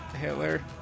Hitler